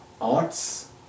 arts